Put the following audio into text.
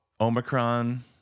Omicron